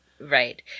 Right